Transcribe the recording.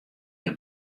hja